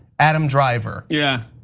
adam driver. yeah,